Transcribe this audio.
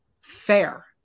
Fair